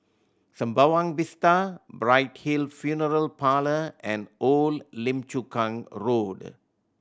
Sembawang Vista Bright Hill Funeral Parlour and Old Lim Chu Kang Road